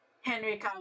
Henry